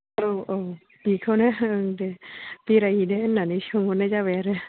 औ औ बेखौनो ओं दे बेरायहैनो होननानै सोंहरनाय जाबाय आरो